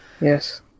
yes